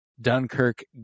Dunkirk